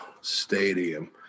stadium